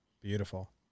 Beautiful